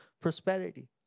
prosperity